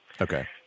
Okay